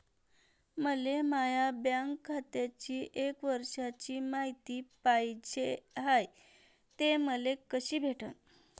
मले माया बँक खात्याची एक वर्षाची मायती पाहिजे हाय, ते मले कसी भेटनं?